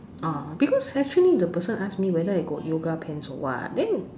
ah because actually the person ask me whether I got yoga pants or what then